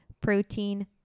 protein